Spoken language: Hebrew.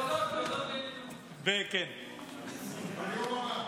כבוד היושב-ראש,